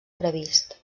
previst